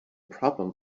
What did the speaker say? problem